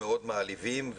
מאוד מעליבים,